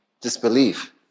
disbelief